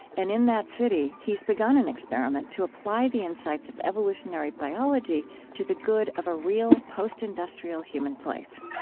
and in that city, he's begun an experiment to apply the insights of evolutionary biology to the good of a real, post-industrial, human place.